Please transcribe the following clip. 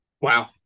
Wow